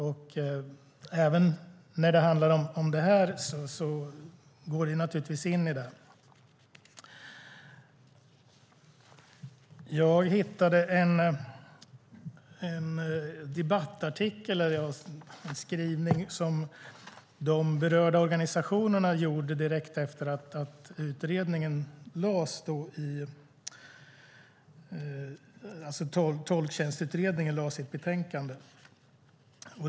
Det här hänger naturligtvis ihop med det som min interpellation handlar om. Jag hittade en debattartikel som representanter för de berörda organisationerna skrev direkt efter att Tolktjänstutredningen lade fram sitt betänkande.